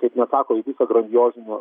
kaip neatsako į visą grandiozinio